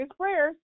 prayers